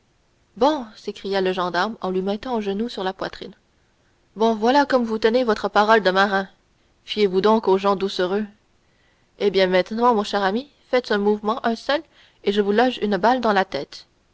bon s'écria le gendarme en lui mettant un genou sur la poitrine bon voilà comme vous tenez votre parole de marin fiez-vous donc aux gens doucereux eh bien maintenant mon cher ami faites un mouvement un seul et je vous loge une balle dans la tête